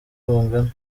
bungana